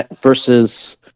versus